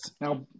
Now